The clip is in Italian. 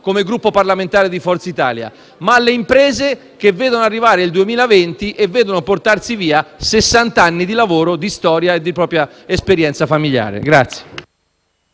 come Gruppo parlamentare di Forza Italia, ma le imprese che vedono arrivare il 2020 e vedono portarsi via sessant'anni di lavoro, di storia e di esperienza familiare.